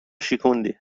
شکوندی